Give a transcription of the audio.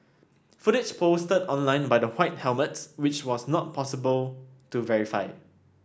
footage posted online by the White Helmets which was not possible to verify